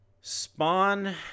Spawn